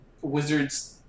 wizard's